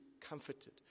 comforted